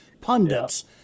pundits